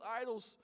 idols